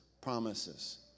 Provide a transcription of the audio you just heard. promises